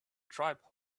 tribe